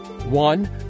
One